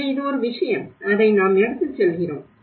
எனவே இது ஒரு விஷயம் அதை நாம் எடுத்துச் செல்கிறோம்